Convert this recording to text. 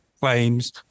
claims